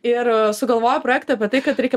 ir sugalvojo projektą apie tai kad reikia